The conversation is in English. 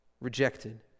rejected